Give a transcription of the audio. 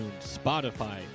spotify